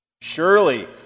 Surely